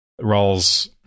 Rawls